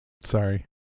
Sorry